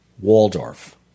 Waldorf